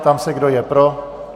Ptám se, kdo je pro.